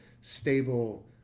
stable